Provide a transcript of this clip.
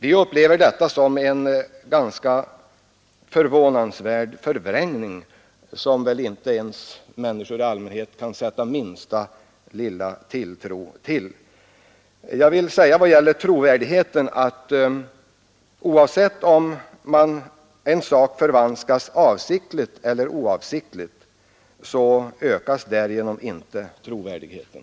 Vi upplever detta som en ganska förvånansvärd förvrängning, som väl människor i allmänhet inte kan sätta minsta tilltro till. Och så vill jag säga vad det gäller trovärdigheten, att oavsett om en sak förvanskas avsiktligt eller oavsiktligt så minskas trovärdigheten